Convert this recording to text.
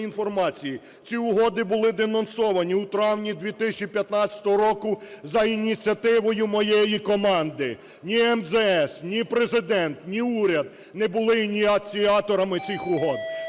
ці угоди були денонсовані у травні 2015 року за ініціативи моєї команди. Ні МЗС, ні Президент, ні уряд не були ініціаторами цих угод.